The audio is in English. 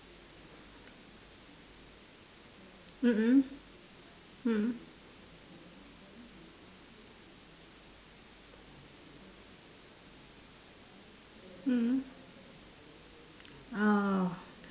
mm mm mm mm mm oh